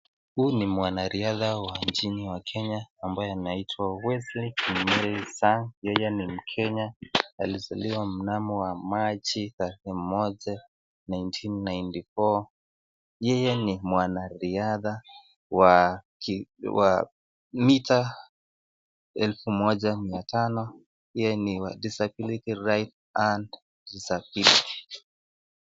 Huyu ni mwana riatha wa nchini ya Kenya ambaye anaitwa Wesley Kimeli Sang. Yeye ni mkenya, alisaliwa mwaka mnamo wa machi tare moja nineteen ninety four . Yeye ni mwanariatha wa mita helfu moja mia tano. Yenye ni disability, right hand disability